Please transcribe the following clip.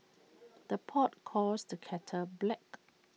the pot calls the kettle black